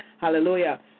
Hallelujah